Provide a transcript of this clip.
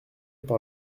par